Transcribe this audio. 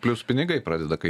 plius pinigai pradeda kai